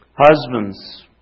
Husbands